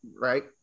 right